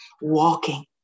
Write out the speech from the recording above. walking